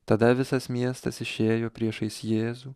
tada visas miestas išėjo priešais jėzų